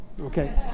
okay